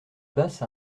basse